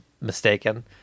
mistaken